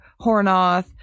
Hornoth